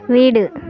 வீடு